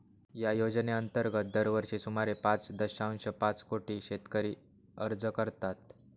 या योजनेअंतर्गत दरवर्षी सुमारे पाच दशांश पाच कोटी शेतकरी अर्ज करतात